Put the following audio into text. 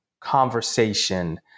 conversation